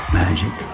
magic